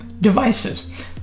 devices